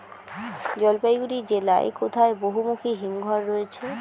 জলপাইগুড়ি জেলায় কোথায় বহুমুখী হিমঘর রয়েছে?